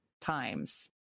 times